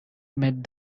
met